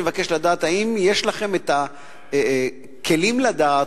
אני מבקש לדעת: האם יש לכם את הכלים לדעת